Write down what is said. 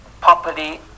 properly